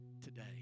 today